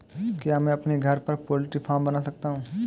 क्या मैं अपने घर पर पोल्ट्री फार्म बना सकता हूँ?